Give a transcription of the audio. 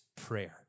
prayer